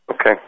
Okay